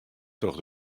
troch